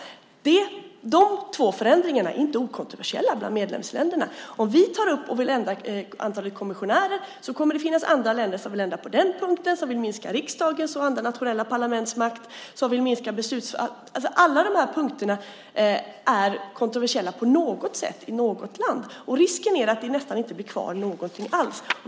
De två förändringarna är inte okontroversiella bland medlemsländerna. Om vi tar upp och vill ändra antalet kommissionärer kommer det att finnas andra länder som vill ändra på den punkten eller minska riksdagens och andra nationella parlaments makt. Alla de här punkterna är kontroversiella på något sätt i något land. Risken är att det nästan inte blir kvar någonting alls.